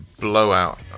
Blowout